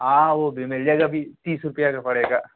हाँ वह भी मिल जाएगा अभी तीस रुपये का पड़ेगा